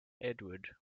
edward